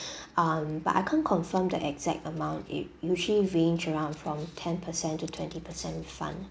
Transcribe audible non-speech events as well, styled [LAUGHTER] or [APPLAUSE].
[BREATH] um but I can't confirm the exact amount it usually range around from ten percent to twenty percent refund